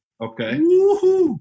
Okay